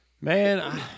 Man